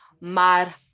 Mar